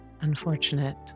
unfortunate